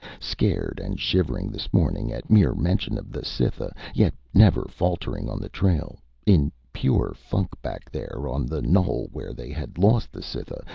scared and shivering this morning at mere mention of the cytha, yet never faltering on the trail in pure funk back there on the knoll where they had lost the cytha,